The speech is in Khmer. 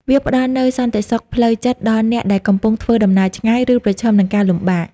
វាផ្ដល់នូវសន្តិសុខផ្លូវចិត្តដល់អ្នកដែលកំពុងធ្វើដំណើរឆ្ងាយ ឬប្រឈមនឹងការលំបាក។